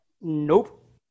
Nope